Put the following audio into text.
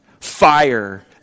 Fire